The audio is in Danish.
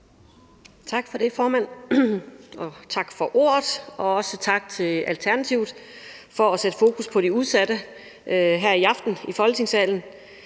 Tak for ordet, formand. Jeg vil også sige tak til Alternativet for at sætte fokus på de udsatte her i aften i Folketingssalen.